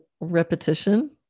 repetition